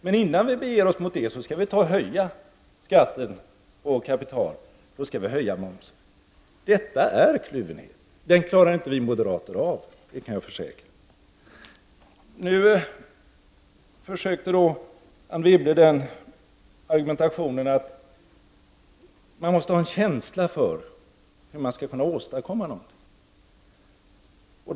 Men innan vi beger oss mot det skall vi höja skatten på kapital och höja momsen. Detta är kluvenhet, och det klarar inte vi moderater av, det kan jag försäkra. Nu försökte Anne Wibble driva den argumentationen att man måste ha en känsla för hur man skall kunna åstadkomma någonting.